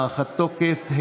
הארכת תוקף),